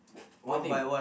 one thing